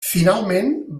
finalment